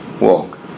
Walk